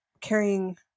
carrying